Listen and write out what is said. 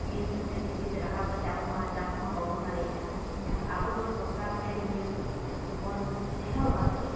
ᱴᱤᱱ ᱛᱮᱥᱮ ᱰᱤᱪᱤᱛᱮ ᱨᱟᱠᱟᱵ ᱠᱟᱛᱮᱫ ᱟᱵᱚᱢᱟ ᱪᱟᱥᱢᱟ ᱵᱟᱵᱚᱱ ᱫᱟᱲᱮᱭᱟᱜᱼᱟ ᱮᱱᱠᱷᱟᱱ ᱟᱵᱚᱫᱚ ᱥᱚᱨᱠᱟᱨ ᱴᱷᱮᱱ ᱱᱤᱭᱟᱹ ᱜᱮᱵᱚᱱ ᱱᱮᱦᱚᱨᱚᱜᱼᱟ ᱠᱤ